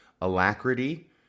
alacrity